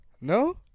No